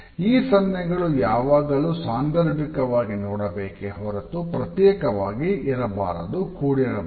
ಈ ಸನ್ನ್ಹೆಗಳು ಯಾವಾಗಲು ಸಾಂದರ್ಭಿಕವಾಗಿ ನೋಡಬೇಕೆ ಹೊರತು ಪ್ರತ್ಯೇಕವಾಗಿ ಇರಬಾರದು ಕೂಡಿರಬಾರದು